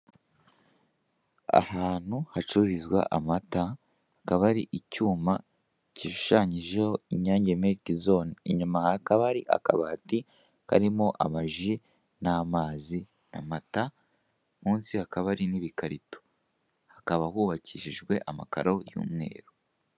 Ahantu hacururizwa amata hakaba hari icyuma gishushanyijeho Inyange miriki zone. Inyuma hakaba hari akabati karimo amaji, n'amazi n'amata munsi hakaba hari n'ibikarito. Hakaba hubakishijwe amakaro y'umweru.